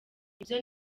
ibyo